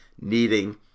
needing